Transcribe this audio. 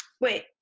Wait